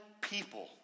people